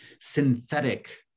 synthetic